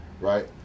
right